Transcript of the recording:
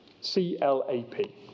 C-L-A-P